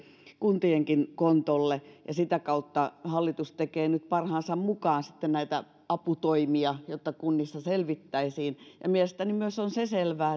kuntienkin kontolle ja sitä kautta hallitus tekee nyt parhaansa mukaan sitten näitä aputoimia jotta kunnissa selvittäisiin mielestäni myös se on selvää